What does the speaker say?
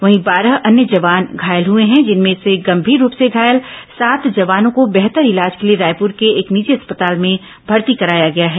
वहीं बारह अन्य जवान घायल हुए हैं जिनमें से गंभीर रूप से घायल सात जवानों को बेहतर इलाज के लिए रायपुर के एक निजी अस्पताल में भर्ती कराया गया है